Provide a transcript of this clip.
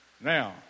Now